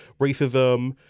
racism